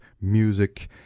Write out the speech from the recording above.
music